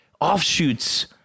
offshoots